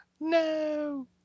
No